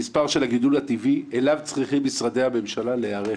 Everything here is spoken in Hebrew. המספר של הגידול שאליו צריכים משרדי הממשלה להיערך.